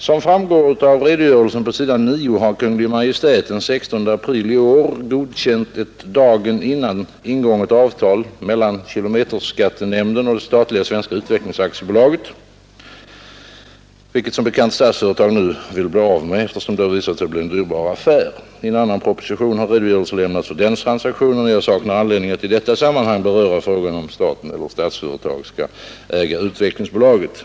Som framgår av redogörelsen på s. 9 har Kungl. Maj:t den 16 april i år godkänt ett dagen före ingånget avtal mellan kilometerskattenämnden och det statliga Svenska utvecklingsbolaget, vilket som bekant Statsföretag nu vill bli av med, eftersom det visat sig bli en dyrbar affär. I en annan proposition har redogörelse lämnats för den transaktionen och jag saknar anledning att i detta sammanhang beröra frågan om staten eller Statsföretag skall äga Utvecklingsbolaget.